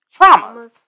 traumas